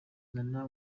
nana